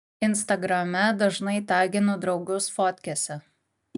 instagrame dažnai taginu draugus fotkėse